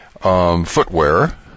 footwear